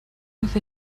with